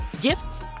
gifts